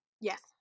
Yes